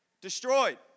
Destroyed